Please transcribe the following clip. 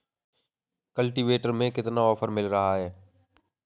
Cultivator में कितना offer मिल रहा है?